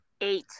eight